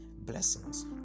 blessings